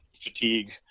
fatigue